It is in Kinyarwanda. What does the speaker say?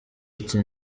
ati